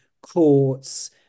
courts